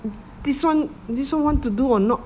this one this one want to do or not